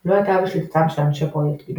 לא הייתה בשליטתם של אנשי פרויקט גנו